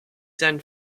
sein